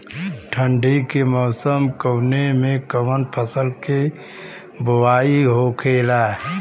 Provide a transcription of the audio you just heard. ठंडी के मौसम कवने मेंकवन फसल के बोवाई होखेला?